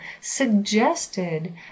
suggested